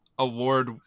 award